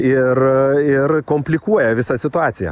ir ir komplikuoja visą situaciją